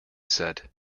said